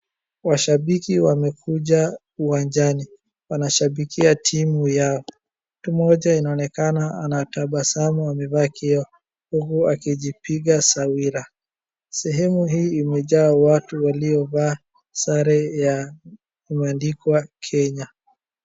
Washabiki wamekuja uwanjani. Wanashabikia timu yao. Mtu mmoja inaonekana anatabasamu amevaa kioo uku akijipiga sawila. Sehemu hii imejaa watu waliovaa sare ya, imeandikwa Kenya.